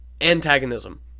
antagonism